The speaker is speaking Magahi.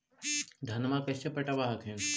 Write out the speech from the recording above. धन्मा कैसे पटब हखिन?